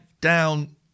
down